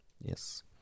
Yes